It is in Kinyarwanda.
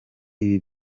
ibi